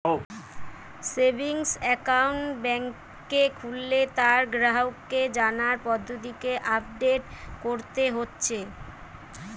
savings account বেংকে খুললে তার গ্রাহককে জানার পদ্ধতিকে আপডেট কোরতে হচ্ছে